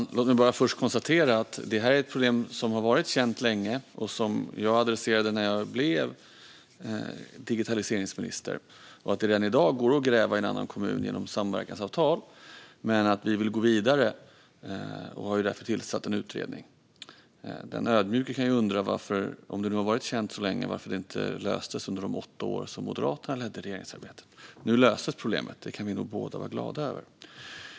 Fru talman! Låt mig först konstatera att det här är ett problem som har varit känt länge och som jag adresserade när jag blev digitaliseringsminister. Samverkansavtal gör det redan i dag möjligt att gräva i en annan kommun. Men vi vill gå vidare och har därför tillsatt en utredning. Den ödmjuke kan undra: Om det nu har varit känt så länge, varför löstes det inte under de åtta år som Moderaterna ledde regeringsarbetet? Nu löses problemet, och det kan vi nog båda vara glada över.